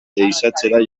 ehizatzera